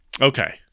Okay